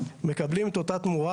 מקבלים את אותה תמורה,